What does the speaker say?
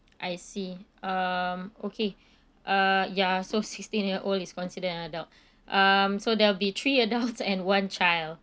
I see um okay uh ya so sixteen year old is considered an adult um so there'll be three adults and one child